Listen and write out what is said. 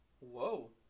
whoa